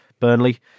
Burnley